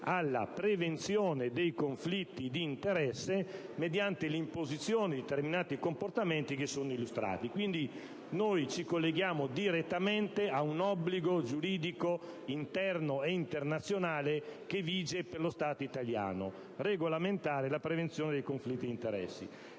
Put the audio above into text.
alla prevenzione dei conflitti di interesse mediante l'imposizione di determinati comportamenti illustrati. Quindi, ci colleghiamo direttamente a un obbligo giuridico interno e internazionale che vige per lo Stato italiano: regolamentare la prevenzione dei conflitti di interesse.